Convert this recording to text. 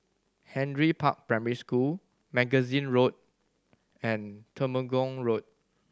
Henry Park Primary School Magazine Road and Temenggong Road